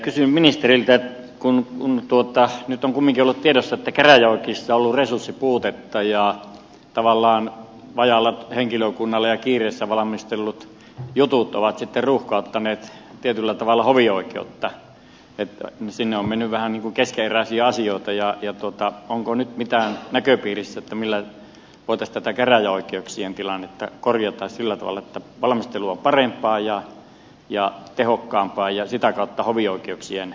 kysyn ministeriltä kun nyt on kumminkin ollut tiedossa että käräjäoikeuksissa on ollut resurssipuutetta ja tavallaan vajaalla henkilökunnalla ja kiireessä valmistellut jutut ovat sitten ruuhkauttaneet tietyllä tavalla hovioikeutta että sinne on mennyt vähän niin kuin keskeneräisiä asioita onko nyt mitään näköpiirissä millä voitaisiin tätä käräjäoikeuksien tilannetta korjata sillä tavalla että valmistelu on parempaa ja tehokkaampaa ja sitä kautta hovioikeuksien käsittely vähenisi